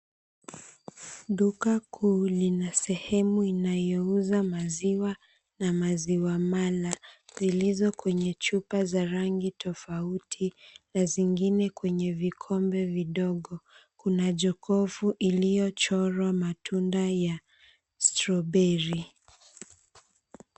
Duka kuu lina sehemu inayouza maziwa na maziwa mala zilizo kwenye chupa za rangi tofauti na zengine kwenye vikombe vidogo, kuna jokofu lililochorwa matunda ya stroberi .